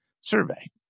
survey